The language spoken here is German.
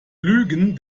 lügen